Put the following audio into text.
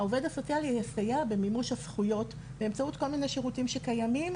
העובד הסוציאלי יסיע במימוש הזכויות באמצעות כל מיני שירותים שקיימים,